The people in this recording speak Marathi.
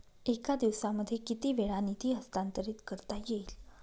एका दिवसामध्ये किती वेळा निधी हस्तांतरीत करता येईल?